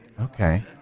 Okay